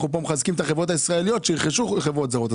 אנחנו כאן מחזקים את החברות הישראליות שירכשו חברות זרות.